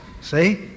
see